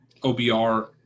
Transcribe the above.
OBR